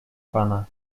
pana